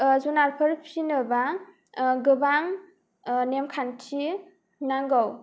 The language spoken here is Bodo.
जुनारफोर फिनोब्ला गोबां नेमखान्थि नांगौ